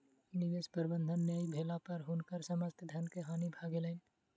निवेश प्रबंधन नै भेला पर हुनकर समस्त धन के हानि भ गेलैन